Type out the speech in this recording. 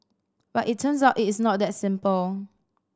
but it turns out it is not that simple